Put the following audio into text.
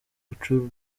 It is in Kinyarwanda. ubucuruzi